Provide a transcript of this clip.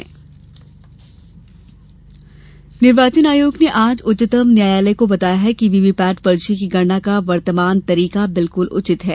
VVPAT हलफनामा निर्वाचन आयोग ने आज उच्चतम न्यायालय को बताया कि वीवीपैट पर्ची की गणना का वर्तमान तरीका बिल्कुल उचित है